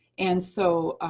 and so